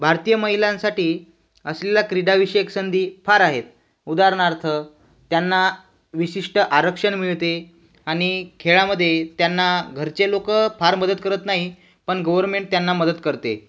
भारतीय महिलांसाठी असलेला क्रीडाविषयक संधी फार आहेत उदाहरणार्थ त्यांना विशिष्ट आरक्षण मिळते आणि खेळामध्ये त्यांना घरचे लोक फार मदत करत नाहीत पण गव्हर्मेंट त्यांना मदत करते